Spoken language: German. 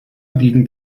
liegen